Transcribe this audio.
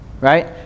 Right